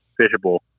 fishable